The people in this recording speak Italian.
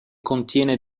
contiene